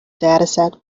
dataset